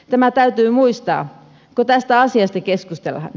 tämä täytyy muistaa kun tästä asiasta keskustellaan